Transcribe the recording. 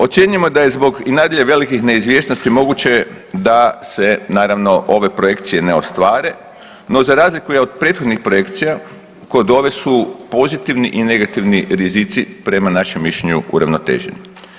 Ocjenjujemo da je zbog i nadalje velikih neizvjesnosti moguće da se naravno ove projekcije ne ostvare, no za razliku i od prethodnih projekcija kod ove su pozitivni i negativni rizici prema našem mišljenju uravnoteženi.